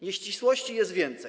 Nieścisłości jest więcej.